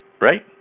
right